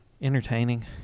Entertaining